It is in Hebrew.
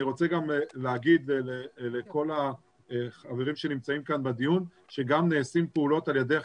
אני רוצה גם להגיד לכל החברים שנמצאים כאן בדיון שנעשות פעולות על ידך